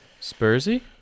Spursy